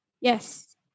Yes